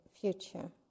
future